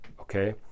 Okay